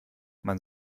man